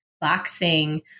boxing